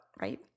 right